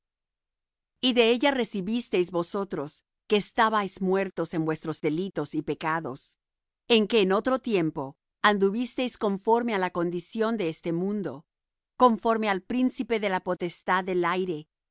y de ella recibisteis vosotros que estabais muertos en vuestros delitos y pecados en que en otro tiempo anduvisteis conforme á la condición de este mundo conforme al príncipe de la potestad del aire